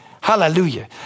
Hallelujah